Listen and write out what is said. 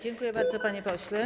Dziękuję bardzo, panie pośle.